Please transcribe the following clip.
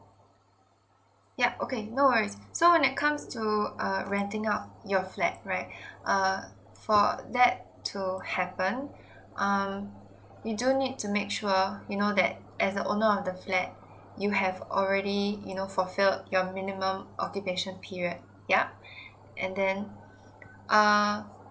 yup okay no worries so when it comes to renting out your flat right err for that to happen um we do need to make sure you know that as a owner of the flat you have already you know fulfilled your minimum occupation period yeah and then err